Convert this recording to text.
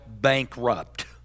bankrupt